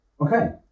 Okay